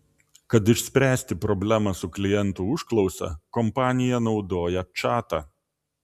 kad išspręsti problemą su klientų užklausa kompanija naudoja čatą